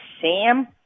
Sam